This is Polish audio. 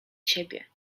ciebie